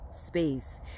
space